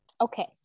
Okay